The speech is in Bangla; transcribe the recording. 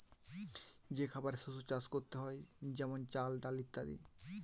যে খাবারের শস্য চাষ করতে হয়ে যেমন চাল, ডাল ইত্যাদি